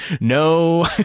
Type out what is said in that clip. no